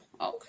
okay